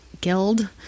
guild